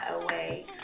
away